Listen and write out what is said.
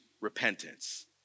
repentance